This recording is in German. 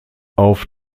auf